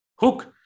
hook